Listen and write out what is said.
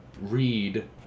read